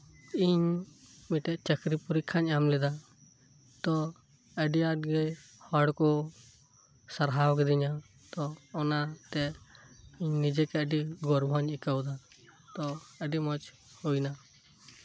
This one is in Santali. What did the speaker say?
ᱤᱧ ᱢᱤᱫᱴᱮᱱ ᱪᱟᱹᱠᱨᱤ ᱯᱚᱨᱤᱠᱽᱠᱷᱟᱧ ᱮᱢᱞᱮᱫᱟ ᱛᱚ ᱟᱹᱰᱤ ᱟᱸᱴᱜᱮ ᱦᱚᱲᱠᱚ ᱥᱟᱨᱦᱟᱣ ᱠᱤᱫᱤᱧᱟ ᱛᱚ ᱚᱱᱟᱛᱮ ᱤᱧ ᱱᱤᱡᱮ ᱠᱮ ᱟᱹᱰᱤ ᱜᱚᱨᱚᱵᱤᱧ ᱟᱹᱭᱠᱟᱹᱣᱮᱫᱟ ᱛᱚ ᱟᱹᱰᱤ ᱢᱚᱸᱡ ᱦᱩᱭᱮᱱᱟ